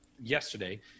yesterday